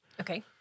Okay